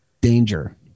danger